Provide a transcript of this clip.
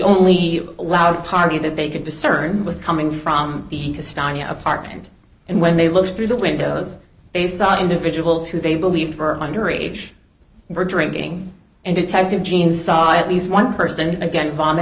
only allowed party that they could discern was coming from the apartment and when they looked through the windows they saw individuals who they believed were underage were drinking and detective jeanne's saw at least one person again vomit